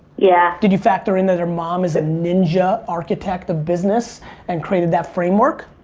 yeah. did you factor in that her mom is a ninja architect of business and created that framework?